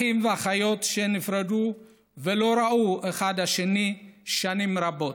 אחים ואחיות שנפרדו ולא ראו אחד את השני שנים רבות.